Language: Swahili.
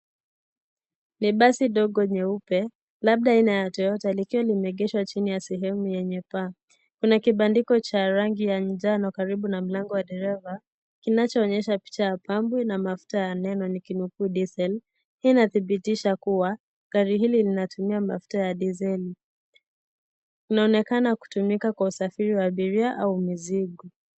Ni basi dogo nyeupe, labda aina ya Toyota likiwa limeegeshwa chini ya sehemu yenye paa. Kuna kibandiko cha rangi ya njano karibu na mlango wa dereva kinachoonyesha picha ya pambo ina mafuta ya diesel . Hii ni kuthibitisha kuwa gari hili linatumia mafuta ya diseli. Linaonekana kutumika katika usafiri wa abiria au mizigo.